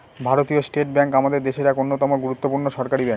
ভারতীয় state bank আমাদের দেশের এক অন্যতম গুরুত্বপূর্ণ সরকারি ব্যাঙ্ক